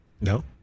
No